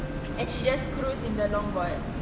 and she just cruise in the long board